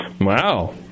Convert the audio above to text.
Wow